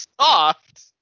soft